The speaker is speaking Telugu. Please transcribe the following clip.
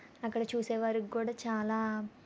అక్కడ చూసే వారికి కూడా చాలా